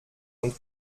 und